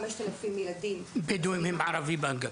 בדואים הם ערבים.